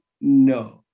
no